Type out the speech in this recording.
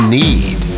need